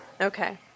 Okay